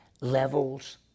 levels